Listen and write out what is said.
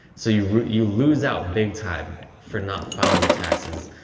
so you you lose out big time for not filing your taxes.